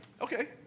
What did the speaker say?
Okay